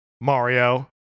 Mario